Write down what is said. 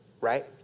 right